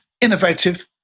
innovative